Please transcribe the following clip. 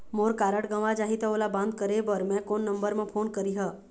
मोर card गंवा जाही त ओला बंद करें बर मैं कोन नंबर म फोन करिह?